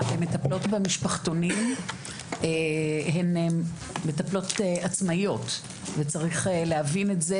המטפלות במשפחתונים הן מטפלות עצמאיות וצריך להבין את זה,